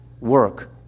work